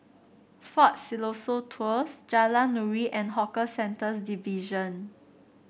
Fort Siloso Tours Jalan Nuri and Hawker Centres Division